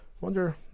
wonder